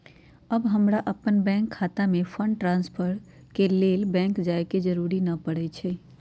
अब हमरा अप्पन बैंक खता में फंड ट्रांसफर के लेल बैंक जाय के जरूरी नऽ परै छइ